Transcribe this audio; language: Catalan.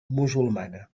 musulmana